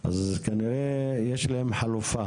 אני גם נציגת האזור.